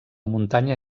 muntanya